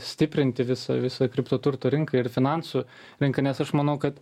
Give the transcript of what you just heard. stiprinti visą visą kripto turto rinką ir finansų rinką nes aš manau kad